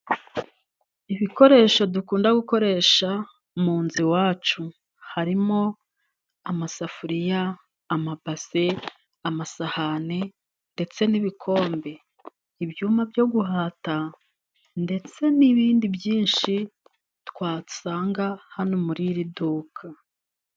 Ibikoresho dukunda gukoresha mu nzu iwacu. Harimo amasafuriya, amabase, amasahani ndetse n'ibikombe, ibyuma byo guhata ndetse n'ibindi byinshi twasanga hano muri iri duka.